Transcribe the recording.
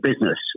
business